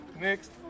Next